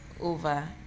over